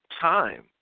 time